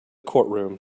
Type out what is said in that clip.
courtroom